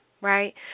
right